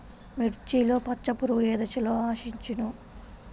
మిర్చిలో పచ్చ పురుగు ఏ దశలో ఆశించును?